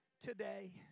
today